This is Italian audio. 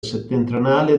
settentrionale